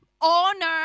honor